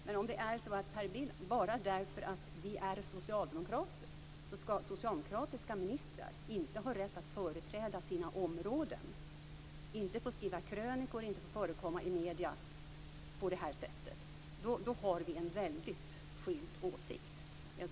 Men om det är så att Per Bill anser att bara därför att vi är socialdemokrater så ska socialdemokratiska ministrar inte ha rätt att företräda sina områden, inte få skriva krönikor och inte få förekomma i medier på det här sättet, då har vi väldigt skilda åsikter.